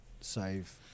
save